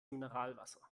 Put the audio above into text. mineralwasser